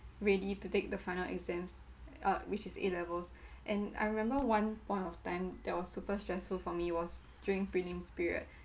ready to take the final exams uh which is A levels and I remember one point of time there was super stressful for me was during prelims period